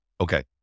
Okay